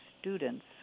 students